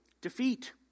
defeat